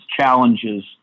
challenges